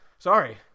Sorry